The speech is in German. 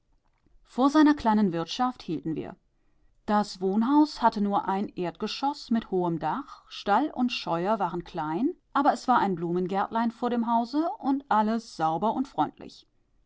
vor seiner kleinen wirtschaft hielten wir das wohnhaus hatte nur ein erdgeschoß mit hohem dach stall und scheuer waren klein aber es war ein blumengärtlein vor dem hause und alles sauber und